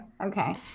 Okay